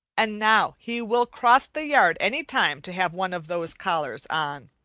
and now he will cross the yard any time to have one of those collars on.